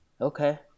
Okay